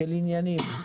של עניינים.